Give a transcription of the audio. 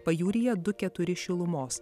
pajūryje du keturi šilumos